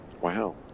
Wow